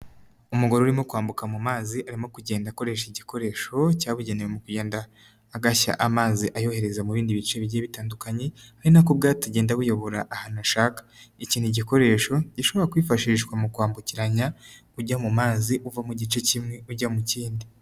Umugore urimo kwambuka mu mazi, arimo kugenda akoresha igikoresho cyabugenewe mu kugenda agashya, amazi ayohereza mu bindi bice bigiye bitandukanye, ari nako ubwato bugenda buyobora ahantu ashaka, iki gikoresho gishobora kwifashishwa mu kwambukiranya ujya mu mazi uva mu gice kimwe ujya mu kindi.